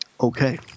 Okay